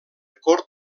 cort